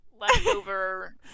leftover